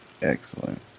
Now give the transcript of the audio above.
Excellent